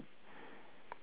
pretty good